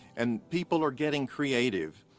and people are getting creative.